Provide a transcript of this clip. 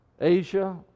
Asia